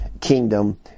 kingdom